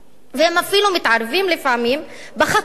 והם אפילו מתערבים לפעמים בחתונות,